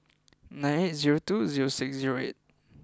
nine eight zero two zero six zero eight